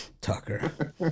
Tucker